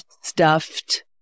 stuffed